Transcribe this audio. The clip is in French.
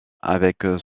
avec